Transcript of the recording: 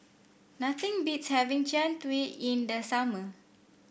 nothing beats having Jian Dui in the summer